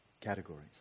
categories